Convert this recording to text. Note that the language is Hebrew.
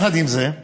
יחד עם זה,